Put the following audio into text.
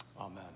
Amen